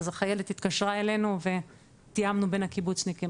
אז החיילת התקשרה אלינו ותיאמנו בין הקיבוצניקים.